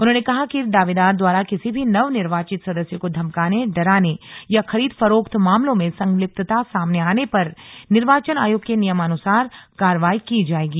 उन्होंने कहा कि दावेदार द्वारा किसी भी नवनिर्वाचित सदस्य को धमकाने डराने या खरीद फरोख्त मामलों में संलिप्तता सामने आने पर निर्वाचन आयोग के नियमानुसार कार्रवाई की जाएगी